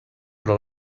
però